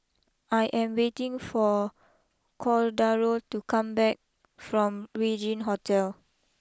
I am waiting for Cordaro to come back from Regin Hotel